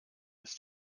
ist